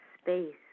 space